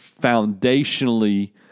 foundationally